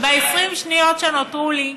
וב-20 השניות שנותרו לי,